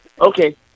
okay